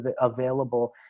available